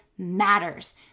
matters